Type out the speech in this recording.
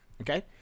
Okay